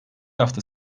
hafta